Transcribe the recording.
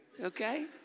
okay